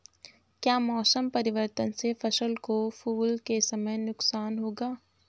क्या मौसम परिवर्तन से फसल को फूल के समय नुकसान होगा?